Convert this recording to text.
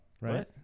Right